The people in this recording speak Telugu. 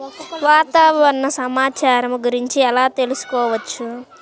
వాతావరణ సమాచారము గురించి ఎలా తెలుకుసుకోవచ్చు?